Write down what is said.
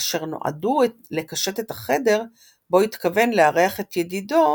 אשר נועדו לקשט את החדר בו התכוון לארח את ידידו,